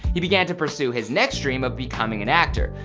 he began to pursue his next dream of becoming an actor.